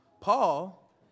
Paul